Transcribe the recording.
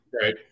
Right